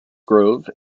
grove